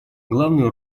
главной